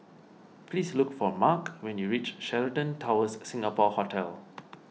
please look for Marc when you reach Sheraton Towers Singapore Hotel